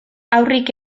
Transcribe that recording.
haurrik